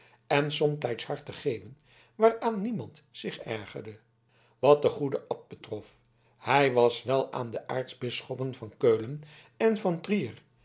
en somtijds hard te geeuwen waaraan niemand zich ergerde wat den goeden abt betrof hij was wel aan de aartsbisschoppen van keulen en van trier